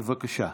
בבקשה.